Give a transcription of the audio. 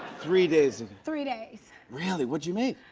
three days? three days. really? what'd you make?